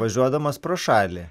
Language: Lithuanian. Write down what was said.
važiuodamas pro šalį